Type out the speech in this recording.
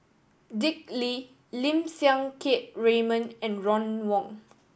Dick Lee Lim Siang Keat Raymond and Ron Wong